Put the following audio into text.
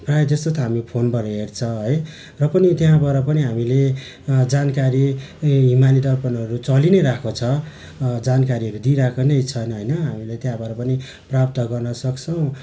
प्रायःजस्तो त हामी फोनबाट हेर्छ है र पनि त्यहाँबाट पनि हामीले जानकारी हिमालय दर्पणहरू चलिनैरहेको छ जानकारीहरू दिइरहेको छन् होइन हामीले त्यहाँबाट पनि प्राप्त गर्नसक्छौँ